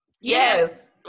yes